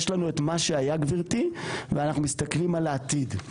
יש לנו את מה שהיה גבירתי ואנחנו מסתכלים על העתיד.